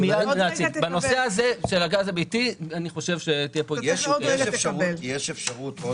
בנושא של הגז הביתי אני חושב שתהיה --- יש אפשרות לקבל